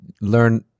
learn